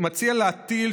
אני מציע להטיל,